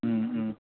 ও ও